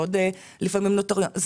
עוד נוטריון.